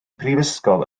prifysgol